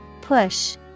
push